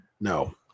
no